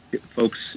folks